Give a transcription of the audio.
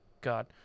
God